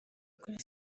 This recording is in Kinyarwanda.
kuri